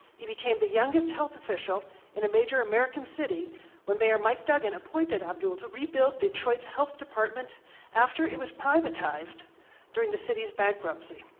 he became the youngest health official in a major american city when mayor mike duggan appointed abdul to rebuild detroit's health department after it was privatized during the city's bankruptcy.